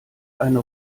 eine